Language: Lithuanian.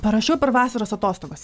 parašiau per vasaros atostogas